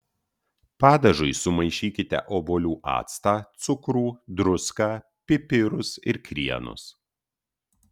padažui sumaišykite obuolių actą cukrų druską pipirus ir krienus